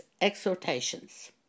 Exhortations